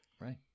right